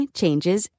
changes